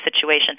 situation